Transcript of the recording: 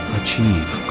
achieve